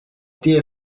dear